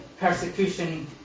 persecution